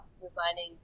designing